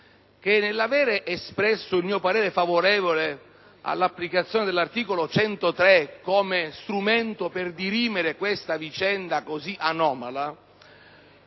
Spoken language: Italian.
che nell'avere espresso il mio parere favorevole all'applicazione dell'articolo 103 come strumento per dirimere questa vicenda così anomala,